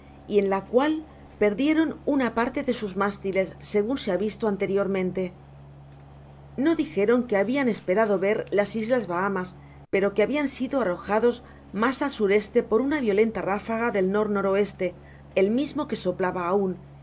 y en la cual perdieron una parte de sos mástiles segun se ha fisto anteriormente nos dijeron que habian esperado ver las isla bahamas pero que habian sido arrojados mas al s e por una violenta ráfaga den n o el mismo que soplaba aun